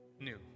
new